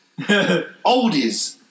oldies